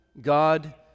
God